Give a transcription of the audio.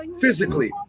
physically